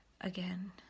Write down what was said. Again